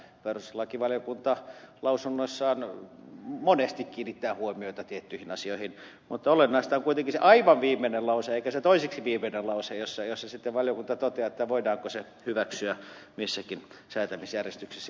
perustuslakivaliokunta lausunnoissaan monesti kiinnittää huomiota tiettyihin asioihin mutta olennainen on kuitenkin se aivan viimeinen lause eikä se toiseksi viimeinen lause ja siinä valiokunta toteaa siitä voidaanko se hyväksyä missäkin säätämisjärjestyksessä